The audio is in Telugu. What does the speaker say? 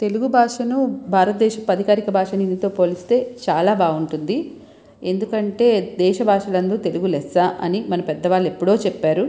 తెలుగు భాషను భారతదేశపు అధికారిక భాష అయిన హిందీతో పోలిస్తే చాలా బాగుంటుంది ఎందుకంటే దేశభాషలందు తెలుగు లెస్స అని మన పెద్దవాళ్ళు ఎప్పుడో చెప్పారు